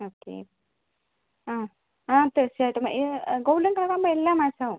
okay ആ ആ തീർച്ചയായിട്ടും ഇത് ഗോൾഡൻ കളർ ആവുമ്പം എല്ലാം മാച്ച് ആവും